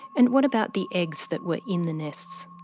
and what about the eggs that were in the nests?